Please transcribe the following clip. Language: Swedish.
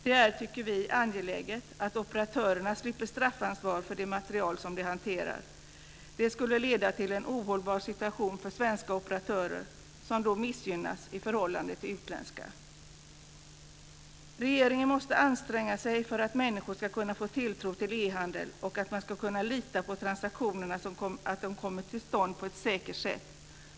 Det är, tycker vi, angeläget att operatörerna slipper straffansvar för det material som de hanterar. Det leder till en ohållbar situation för svenska operatörer, som missgynnas i förhållande till utländska. Regeringen måste anstränga sig för att människor ska kunna få tilltro till e-handel och kunna lita på att transaktionerna kommer till stånd på ett säkert sätt.